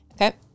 Okay